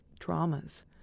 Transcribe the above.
traumas